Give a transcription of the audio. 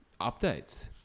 Updates